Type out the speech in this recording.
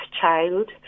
child